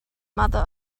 mother